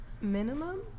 Minimum